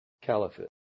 caliphate